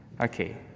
Okay